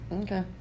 Okay